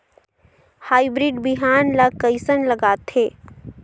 Hybrid बिहान ला कइसन लगाथे?